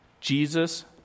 Jesus